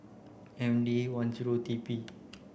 M D one zero T P